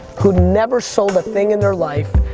who never sold a thing in their life,